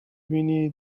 بینی